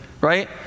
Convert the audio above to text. Right